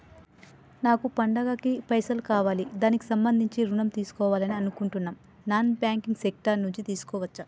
నాకు పండగ కి పైసలు కావాలి దానికి సంబంధించి ఋణం తీసుకోవాలని అనుకుంటున్నం నాన్ బ్యాంకింగ్ సెక్టార్ నుంచి తీసుకోవచ్చా?